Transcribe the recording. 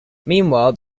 meanwhile